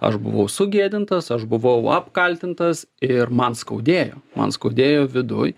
aš buvau sugėdintas aš buvau apkaltintas ir man skaudėjo man skaudėjo viduj